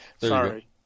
Sorry